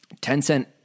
tencent